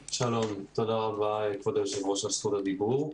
שלום, תודה רבה לכבוד היושב ראש על זכות הדיבור.